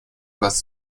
was